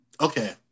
Okay